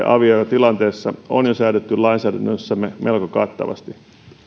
avioerotilanteessa on jo säädetty lainsäädännössämme melko kattavasti